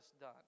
done